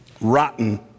rotten